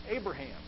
Abraham